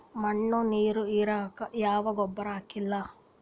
ಮಣ್ಣ ನೀರ ಹೀರಂಗ ಯಾ ಗೊಬ್ಬರ ಹಾಕ್ಲಿ?